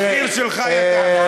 את המחיר שלך ידענו.